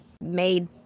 made